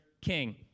king